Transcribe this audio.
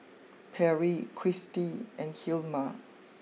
Perri Kristy and Hilma